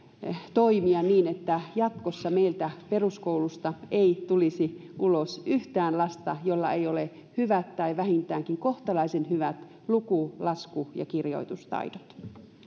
toimia niin että jatkossa meiltä peruskoulusta ei tulisi ulos yhtään lasta jolla ei ole hyvät tai vähintäänkin kohtalaisen hyvät luku lasku ja kirjoitustaidot